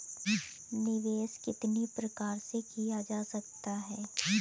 निवेश कितनी प्रकार से किया जा सकता है?